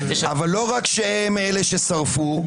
אבל לא רק הם אלה ששרפו,